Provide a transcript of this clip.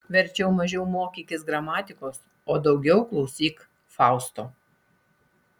verčiau mažiau mokykis gramatikos o daugiau klausyk fausto